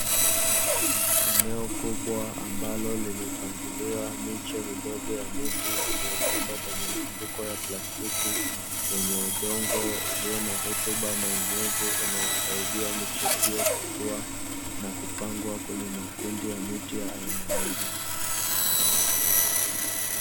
Eneo kubwa ambalo limepangiliwa miche midogo ya miti iliyopandwa kwenye mifuko ya plastiki, yenye udongo ulio na rutuba na unyevu unaosaidia michezo hiyo kukua na kupangwa kwenye makundi ya miti ya aina moja.